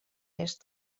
est